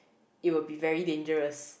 it will be very dangerous